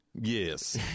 Yes